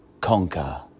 conquer